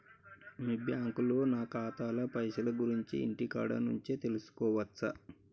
మీ బ్యాంకులో నా ఖాతాల పైసల గురించి ఇంటికాడ నుంచే తెలుసుకోవచ్చా?